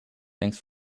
thanks